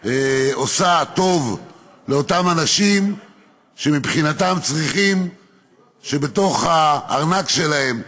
עושה טוב לאותם אנשים שמבחינתם צריכים שבתוך הארנק שלהם,